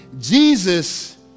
Jesus